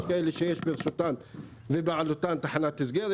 יש כאלה שיש ברשותן ובבעלותן תחנת הסגר,